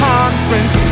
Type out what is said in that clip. Conference